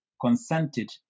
consented